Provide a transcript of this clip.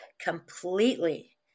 completely